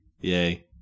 Yay